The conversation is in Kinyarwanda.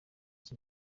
iki